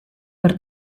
per